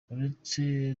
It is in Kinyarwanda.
uretse